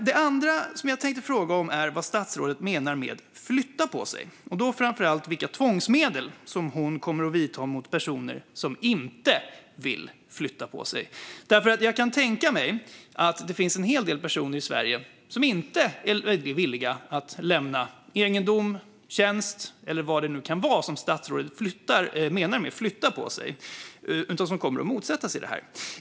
Det andra som jag tänkte fråga om är vad statsrådet menar med "flytta på sig" och då framför allt vilka tvångsmedel som hon kommer att använda mot personer som inte vill flytta på sig. Jag kan nämligen tänka mig att det finns en hel del personer i Sverige som inte är villiga att lämna egendom eller tjänst, eller vad det nu kan vara statsrådet menar när hon säger att de ska flytta på sig, utan kommer att motsätta sig det här.